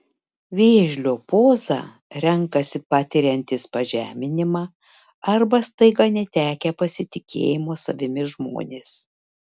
vėžlio pozą renkasi patiriantys pažeminimą arba staiga netekę pasitikėjimo savimi žmonės